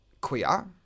queer